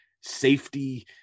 safety